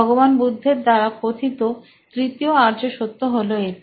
ভগবান বুদ্ধের দ্বারা কথিত তৃতীয় আর্য সত্য হলো এটি